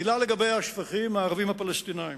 מלה לגבי השפכים הערביים-הפלסטיניים: